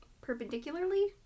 perpendicularly